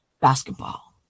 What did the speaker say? basketball